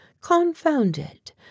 confounded